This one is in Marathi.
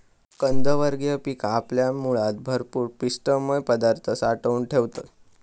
कंदवर्गीय पिका आपल्या मुळात भरपूर पिष्टमय पदार्थ साठवून ठेवतत